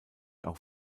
auch